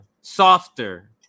softer